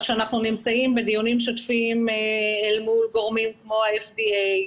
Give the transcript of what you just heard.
אנחנו נמצאים בדיונים שוטפים אל מול גורמים כמו ה-FDA,